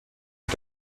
und